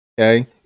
okay